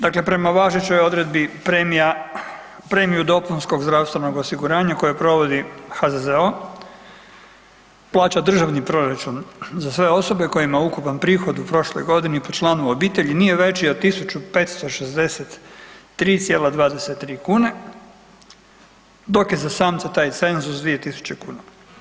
Dakle, prema važe oj odredbi premiju dopunskog zdravstvenog osiguranja, koju provodi HZZO plaća Državni proračun za sve osobe kojima ukupan prihod u prošloj godini po članu obitelji nije veći od 1.563,23 kune, dok je za samce taj cenzus 2.000 kuna.